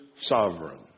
sovereign